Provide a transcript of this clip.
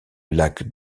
lac